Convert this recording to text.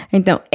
Então